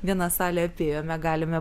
vieną salę apėjome galime